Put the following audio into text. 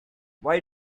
why